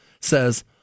says